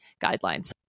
guidelines